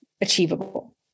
achievable